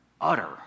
utter